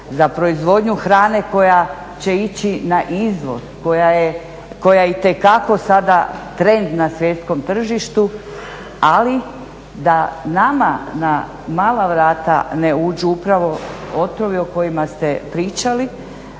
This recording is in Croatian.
za proizvodnju hrane koja će ići na izvoz, koja je itekako sada trend na svjetskom tržištu, ali da nama na mala vrata ne uđu upravo otrovi o kojima ste pričali,